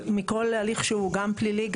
מכל הליך שהוא: גם פלילי,